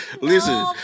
Listen